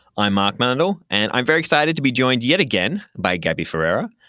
i'm mark mandel, and i'm very excited to be joined yet again by gabi ferrara.